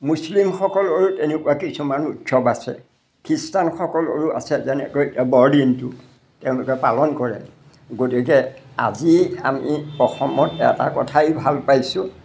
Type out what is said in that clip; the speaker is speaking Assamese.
মুছলিমসকলৰো তেনেকুৱা কিছুমান উৎসৱ আছে খ্ৰীষ্টানসকলৰো আছে যেনেকৈ এতিয়া বৰদিনটো তেওঁলোকে পালন কৰে গতিকে আজি আমি অসমত এটা কথাই ভাল পাইছোঁ